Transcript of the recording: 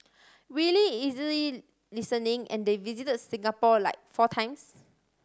really easily listening and they visit Singapore like four times